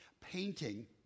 painting